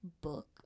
book